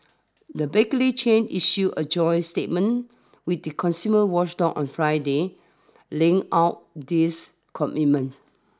the bakery chain issued a joint statement with the consumer watchdog on Friday laying out these commitments